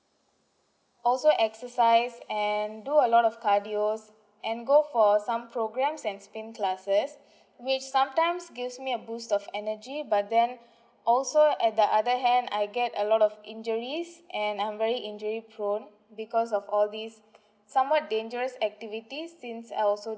also exercise and do a lot of cardios and go for some programs and spin classes which sometimes gives me a boost of energy but then also at the other hand I get a lot of injuries and I'm very injury prone because of all these somewhat dangerous activities since I also